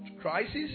crisis